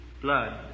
blood